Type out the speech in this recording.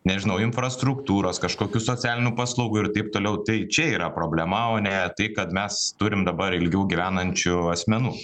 nežinau infrastruktūros kažkokių socialinių paslaugų ir taip toliau tai čia yra problema o ne tai kad mes turim dabar ilgiau gyvenančių asmenų